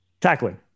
tackling